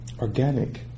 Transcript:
organic